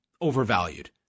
overvalued